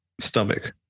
stomach